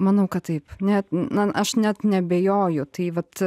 manau kad taip net na aš net neabejoju tai vat